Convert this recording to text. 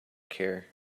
care